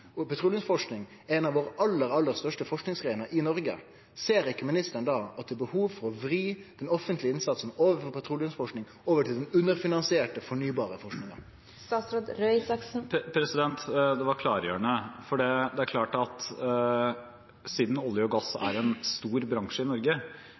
petroleumsforsking er ein av våre aller, aller største forskingsarenaer i Noreg. Ser ikkje ministeren da at det er behov for å vri den offentlege innsatsen frå petroleumsforsking over til den underfinansierte forskinga på fornybar energi? Det var klargjørende. Det er klart at olje og gass